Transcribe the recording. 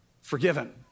forgiven